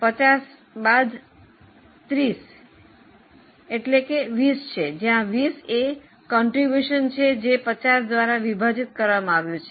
50 બાદ 30 એ 20 છે જ્યાં 20 એ ફાળો છે જે 50 દ્વારા વિભાજિત કરવામાં આવ્યુ છે